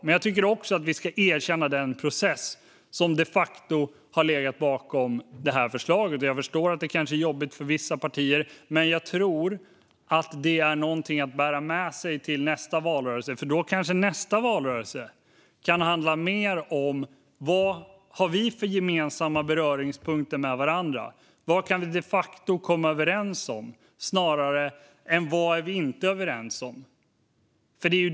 Men jag tycker också att vi ska erkänna den process som de facto har legat bakom detta förslag. Jag förstår att det kanske är jobbigt för vissa partier, men jag tror att det är något att bära med sig till nästa valrörelse. Då kanske nästa valrörelse kan handla mer om vad vi har för gemensamma beröringspunkter och vad vi de facto kan komma överens om än om vad vi inte är överens om.